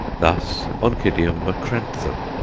thus oncidium macranthum!